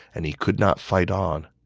and he could not fight on.